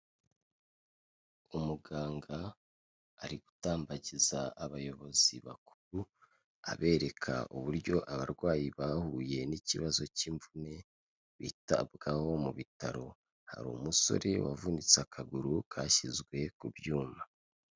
Umuganga ari gutambagiza abayobozi bakuru, abereka uburyo abarwayi bahuye n'ikibazo cy'imvune bitabwaho mu bitaro, hari umusore wavunitse akaguru kashyizwe ku byuma.